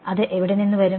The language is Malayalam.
അത് എവിടെ നിന്ന് വരും